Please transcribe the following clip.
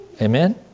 Amen